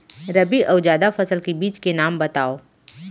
रबि अऊ जादा फसल के बीज के नाम बताव?